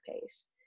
pace